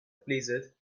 blizzard